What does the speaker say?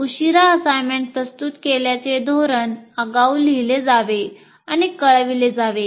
उशीरा असाईनमेंट प्रस्तुत केल्याचे धोरण आगाऊ लिहिले जावे आणि कळविले जावे